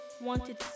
wanted